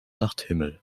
nachthimmel